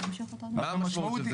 מה המשמעות?